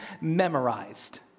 memorized